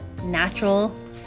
natural